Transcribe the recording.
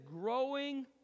growing